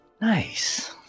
Nice